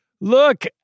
Look